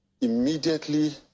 immediately